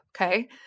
Okay